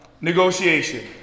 Negotiation